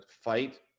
fight